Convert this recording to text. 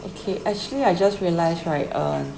okay actually I just realise right um